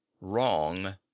wrong